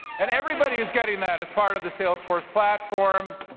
and everybody is getting that as part of the salesforce platform.